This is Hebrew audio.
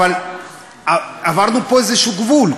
אבל עברנו פה איזשהו גבול.